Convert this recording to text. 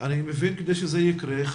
כדי שזה יקרה,